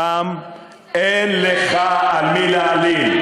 הפעם אין לך על מי להלין,